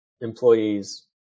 employees